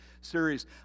series